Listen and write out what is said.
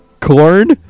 Corn